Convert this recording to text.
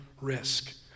risk